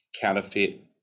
counterfeit